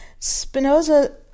Spinoza